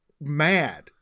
mad